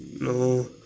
no